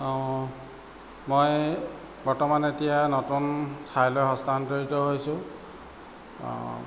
মই বৰ্তমান এতিয়া নতুন ঠাইলৈ হস্তান্তৰিত হৈছোঁ